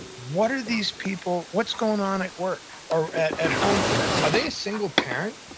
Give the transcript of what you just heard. what are these people, what's going on at work, or at at home for them? are they a single parent?